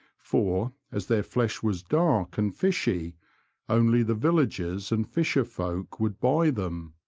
for as their flesh was dark and fishy only the villagers and fisher-folk would buy them.